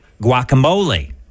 guacamole